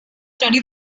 study